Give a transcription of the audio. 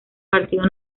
partido